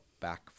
back